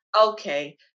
Okay